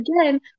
again